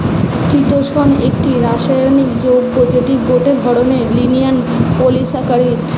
চিতোষণ একটি রাসায়নিক যৌগ্য যেটি গটে ধরণের লিনিয়ার পলিসাকারীদ